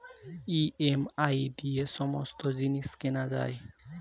EMI দিয়ে সমস্ত জিনিস কেনা যায়